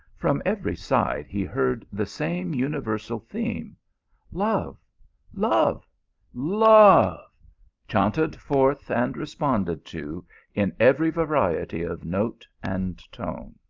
from every side he heard the same universal theme love love love chaunted forth and responded to in every variety of note and tone.